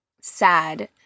sad